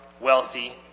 wealthy